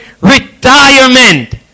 retirement